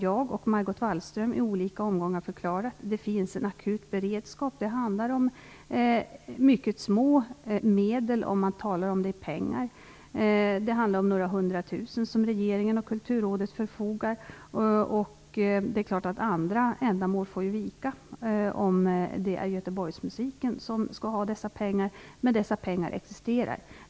Jag och Margot Wallström har i olika omgångar förklarat att det finns en akut beredskap. Det handlar om mycket små medel om man talar om det i pengar. Det handlar om några 100 000 som regeringen och Kulturrådet förfogar över. Det är klart att andra ändamål får vika om det är Göteborgsmusiken som skall ha dessa pengar, men dessa pengar existerar.